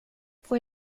får